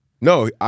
No